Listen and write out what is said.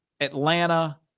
Atlanta